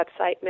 website